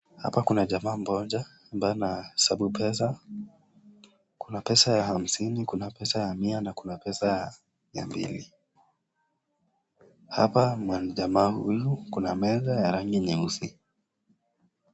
Hapa kuna jamaa moja ambaye anahesabu pesa, kuna pesa ya hamsini, kuna pesa ya mia na kuna pesa ya mia mbili hapa. Jamaa huyo ako na meza ya rangi nyeusi.